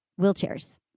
wheelchairs